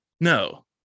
No